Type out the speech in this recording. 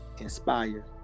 inspire